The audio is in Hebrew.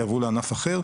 יעברו לענף אחר,